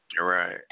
right